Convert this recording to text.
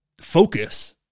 focus